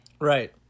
Right